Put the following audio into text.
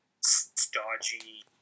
stodgy